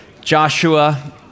Joshua